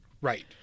Right